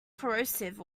corrosive